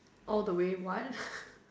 all the way what